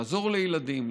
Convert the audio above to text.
לעזור לילדים,